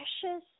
precious